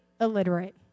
illiterate